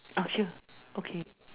are you sure okay